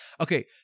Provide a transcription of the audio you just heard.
Okay